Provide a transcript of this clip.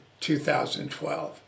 2012